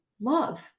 love